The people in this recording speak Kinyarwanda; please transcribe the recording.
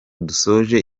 dusoje